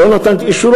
לא נתן את אישורו,